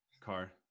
car